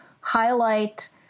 highlight